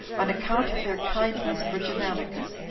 on account of their kindness for germanicus,